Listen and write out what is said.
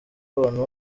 abantu